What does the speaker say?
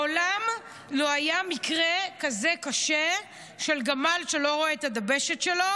מעולם לא היה מקרה כזה קשה של גמל שלא רואה את הדבשת שלו.